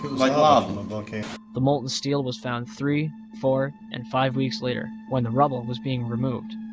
like lava of a volcano. the molten steel was found three, four and five weeks later, when the rubble was being removed'.